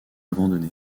abandonner